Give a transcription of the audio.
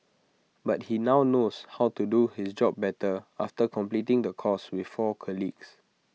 but he now knows how to do his job better after completing the course with four colleagues